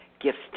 gifts